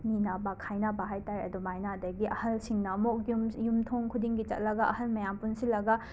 ꯅꯤꯅꯕ ꯈꯥꯏꯅꯕ ꯍꯥꯏ ꯇꯥꯔꯦ ꯑꯗꯨꯃꯥꯏꯅ ꯑꯗꯒꯤ ꯑꯍꯜꯁꯤꯡꯅ ꯑꯃꯨꯛ ꯌꯨꯝꯁꯤ ꯌꯨꯝꯊꯣꯡ ꯈꯨꯗꯤꯡꯒꯤ ꯆꯠꯂꯒ ꯑꯍꯟ ꯃꯌꯥꯝ ꯄꯨꯟꯁꯤꯟꯂꯒ